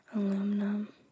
Aluminum